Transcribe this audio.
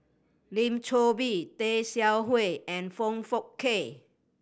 Lim Chor Pee Tay Seow Huah and Foong Fook Kay